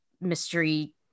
mystery